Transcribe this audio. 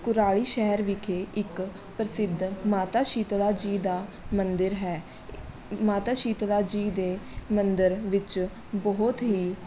ਕੁਰਾਲੀ ਸ਼ਹਿਰ ਵਿਖੇ ਇੱਕ ਪ੍ਰਸਿੱਧ ਮਾਤਾ ਸ਼ੀਤਲਾ ਜੀ ਦਾ ਮੰਦਰ ਹੈ ਮਾਤਾ ਸ਼ੀਤਲਾ ਜੀ ਦੇ ਮੰਦਰ ਵਿੱਚ ਬਹੁਤ ਹੀ